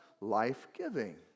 life-giving